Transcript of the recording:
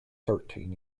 thirteen